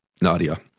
Nadia